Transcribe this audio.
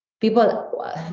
people